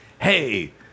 hey